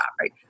right